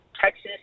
Texas